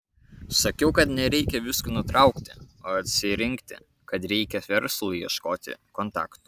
sakiau kad nereikia visko nutraukti o atsirinkti kad reikia verslui ieškoti kontaktų